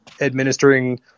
administering